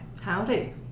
Howdy